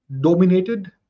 dominated